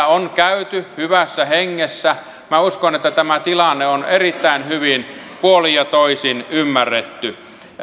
on käyty hyvässä hengessä minä uskon että tämä tilanne on erittäin hyvin puolin ja toisin ymmärretty